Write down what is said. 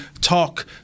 talk